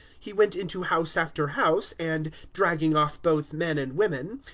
he went into house after house, and, dragging off both men and women,